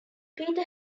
peter